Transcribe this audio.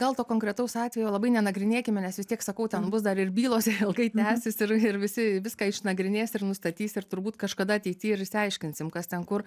gal to konkretaus atvejo labai nenagrinėkime nes vis tiek sakau ten bus dar ir bylos ilgai tęsis ir visi viską išnagrinės ir nustatys ir turbūt kažkada ateity ir išsiaiškinsime kas ten kur